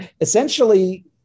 essentially